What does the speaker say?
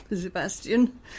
Sebastian